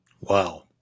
Wow